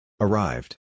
Arrived